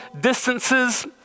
distances